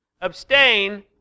Abstain